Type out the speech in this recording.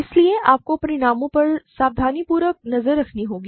इसलिए आपको परिणामों पर सावधानीपूर्वक नज़र रखनी होगी